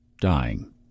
dying